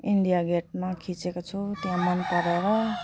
India गेटमा खिचेको छु त्यहाँ मन परेर